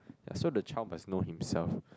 ya so the child must know himself